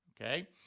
Okay